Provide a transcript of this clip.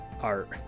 art